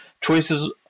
choices